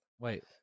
Wait